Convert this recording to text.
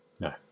no